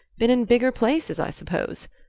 been in bigger places, i suppose,